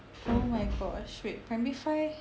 oh my gosh wait primary five